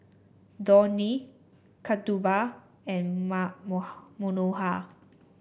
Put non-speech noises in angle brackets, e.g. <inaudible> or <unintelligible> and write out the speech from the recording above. Dhoni Kasturba and <unintelligible> Manohar